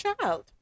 child